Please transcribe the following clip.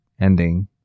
ending